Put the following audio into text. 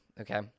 okay